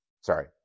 sorry